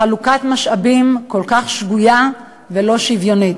חלוקת משאבים כל כך שגויה ולא שוויונית.